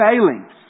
failings